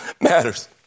matters